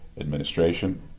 administration